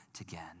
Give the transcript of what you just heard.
again